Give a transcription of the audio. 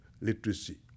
literacy